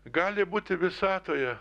gali būti visatoje